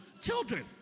Children